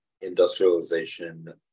industrialization